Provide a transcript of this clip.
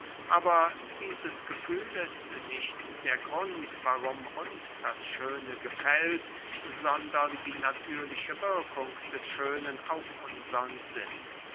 aber dieses gefühl ist nicht der grund warum uns das schöne gefällt sondern die natürliche wirkung des schönen auf unsern sinn